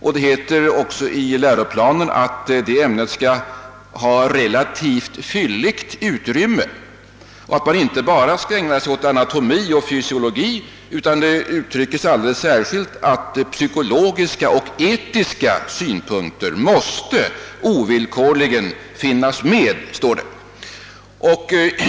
Det heter också i läroplanen att detta ämne skall ha relativt fylligt utrymme och att man inte bara skall syssla med anatomi och fysiologi; det betonas alldeles särskilt att psykologiska och etiska synpunkter ovillkorligen måste beaktas.